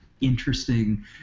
interesting